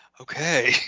Okay